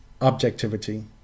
objectivity